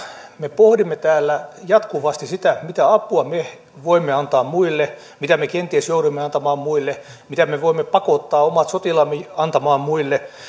me pohdimme täällä jatkuvasti sitä mitä apua me voimme antaa muille mitä me kenties joudumme antamaan muille mitä me voimme pakottaa omat sotilaamme antamaan muille